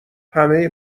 همه